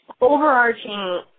overarching